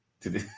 today